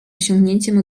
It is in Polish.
osiągnięciem